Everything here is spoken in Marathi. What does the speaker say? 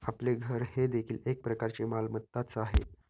आपले घर हे देखील एक प्रकारची मालमत्ताच आहे